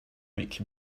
make